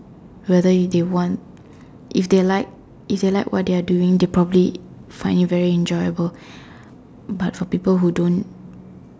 whether if they want if they like if they like what they are doing they probably find it very enjoyable but for people who don't